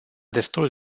destul